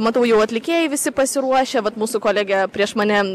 matau jau atlikėjai visi pasiruošę vat mūsų kolegė prieš mane